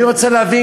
אני רוצה להבין.